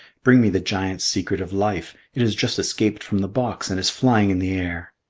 bring me the giant's secret of life it has just escaped from the box and is flying in the air.